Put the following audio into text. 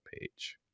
page